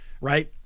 right